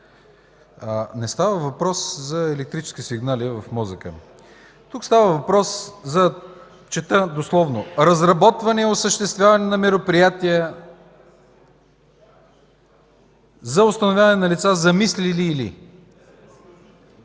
не става въпрос за електрически сигнали в мозъка ми. Тук става въпрос, чета дословно: „Разработване и осъществяване на мероприятия за установяване на лица, замислили или...”.